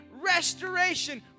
restoration